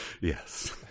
Yes